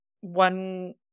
one